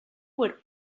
would